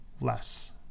less